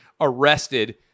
arrested